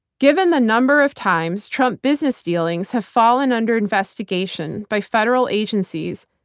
given the number of times trump business dealings have fallen under investigation by federal agencies,